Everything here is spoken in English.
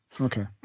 Okay